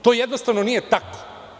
To, jednostavno, nije tako.